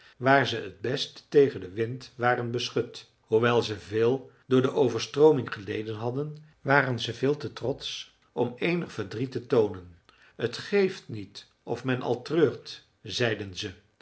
waar ze t best tegen den wind waren beschut hoewel ze veel door de overstrooming geleden hadden waren ze veel te trotsch om eenig verdriet te toonen t geeft niet of men al treurt zeiden ze